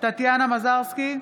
טטיאנה מזרסקי,